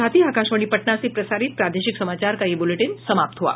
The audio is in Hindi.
इसके साथ ही आकाशवाणी पटना से प्रसारित प्रादेशिक समाचार का ये अंक समाप्त हुआ